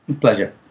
Pleasure